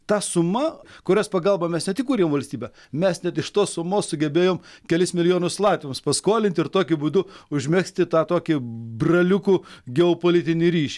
ta suma kurios pagalba mes ne tik kurėm valstybę mes net iš tos sumos sugebėjom kelis milijonus latviams paskolinti ir tokiu būdu užmegzti tą tokį braliukų geopolitinį ryš